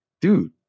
dude